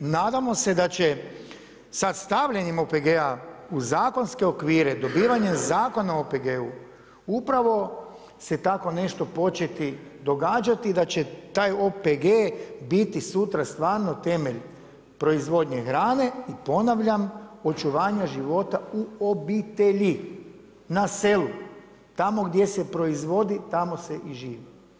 Nadamo se da će sada stavljanjem OPG-a u zakonske okvire, dobivanjem zakona o OPG-u upravo se tako nešto početi događati i da će taj OPG biti sutra stvarno temelj proizvodnje hrane i ponavljam očuvanja života u obitelji na selu, tamo gdje se proizvodi, tamo se i živi.